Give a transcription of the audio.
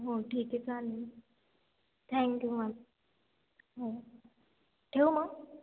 हो ठीक आहे चालेल थँक्यू मॅम हो ठेवू मग